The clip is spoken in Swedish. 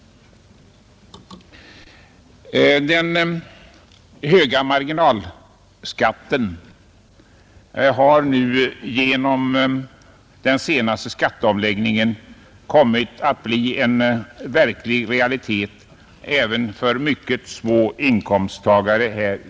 Den höga marginalskatten har nu genom den senaste skatteomläggningen kommit att bli en verklig realitet även för mycket små inkomsttagare.